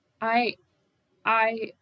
I—I—